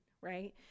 right